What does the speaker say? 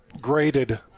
graded